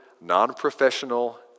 non-professional